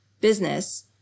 business